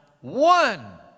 One